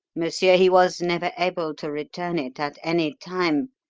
monsieur, he was never able to return it at any time,